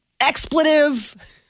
expletive